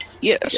Yes